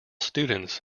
students